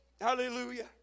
Hallelujah